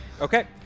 Okay